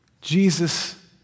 Jesus